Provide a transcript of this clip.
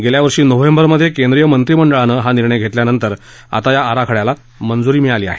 गेल्यावर्षी नोव्हेंबरमध्ये केंद्रीय मंत्रिमंडळानं हा निर्णय घेतल्यानंतर आता या आराखड्याला मंजुरी मिळाली आहे